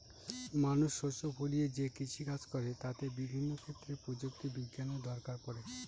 মানুষ শস্য ফলিয়ে যে কৃষিকাজ করে তাতে বিভিন্ন ক্ষেত্রে প্রযুক্তি বিজ্ঞানের দরকার পড়ে